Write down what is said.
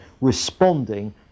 responding